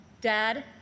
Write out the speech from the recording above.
Dad